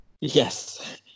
Yes